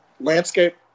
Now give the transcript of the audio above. landscape